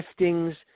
giftings